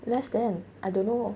less then I don't know